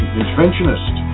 interventionist